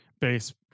base